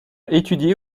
étudié